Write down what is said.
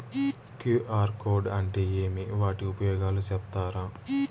QR code అంటే ఏమి వాటి ఉపయోగాలు సెప్తారా?